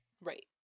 Right